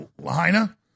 Lahaina